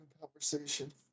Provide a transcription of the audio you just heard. conversation